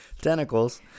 Tentacles